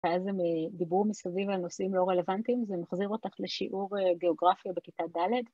‫אז הם דיברו מסביב ‫על נושאים לא רלוונטיים. ‫זה מחזיר אותך לשיעור גיאוגרפיה ‫בכיתה ד'.